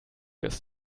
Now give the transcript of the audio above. ist